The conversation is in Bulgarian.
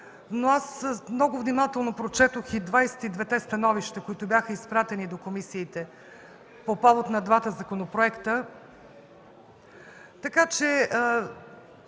Но аз много внимателно прочетох 22-те становища, които бяха изпратени до комисиите по повод на двата законопроекта.